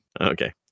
Okay